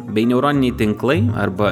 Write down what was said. bei neuroniniai tinklai arba